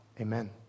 amen